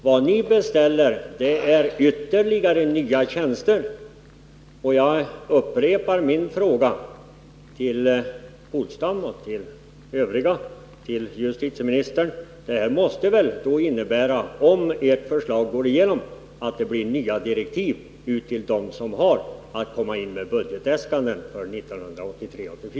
Vad ni beställer är ytterligare nya tjänster, och jag upprepar min fråga till Åke Polstam, till övriga företrädare för de borgerliga partierna och till justitieministern: Om ert förslag går igenom, måste väl följden bli att nya direktiv får utfärdas till dem som har att inkomma med budgetäskanden för 1983/84?